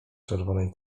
czerwonej